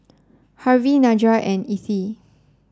Harvy Nedra and Ethie